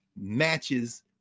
matches